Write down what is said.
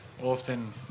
often